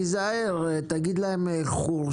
תיזהר, כדאי שתגיד להם חורשה.